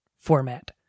format